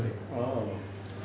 orh